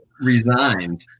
resigned